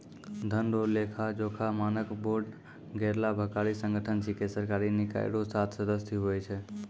धन रो लेखाजोखा मानक बोर्ड गैरलाभकारी संगठन छिकै सरकारी निकाय रो सात सदस्य हुवै छै